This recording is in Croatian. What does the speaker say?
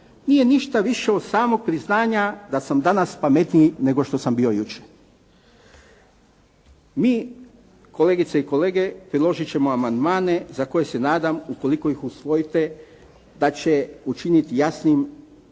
nije ništa više od samog priznanja da sam danas pametniji nego što sam bio jučer. Mi kolegice i kolege priložiti ćemo amandmane za koje se nadam ukoliko ih usvojite da će učiniti jasnim